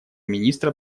министра